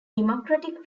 democratic